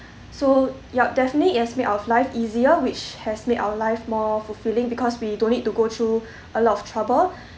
so yup definitely it has made our life easier which has made our life more fulfilling because we don't need to go through a lot of trouble